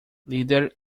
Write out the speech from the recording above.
líder